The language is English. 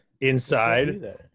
Inside